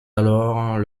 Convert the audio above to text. alors